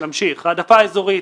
מעוניינת לתת העדפה על בסיס אזורי